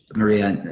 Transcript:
maria.